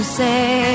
say